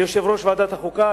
ליושב-ראש ועדת החוקה,